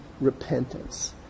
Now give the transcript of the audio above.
repentance